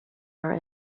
our